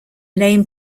name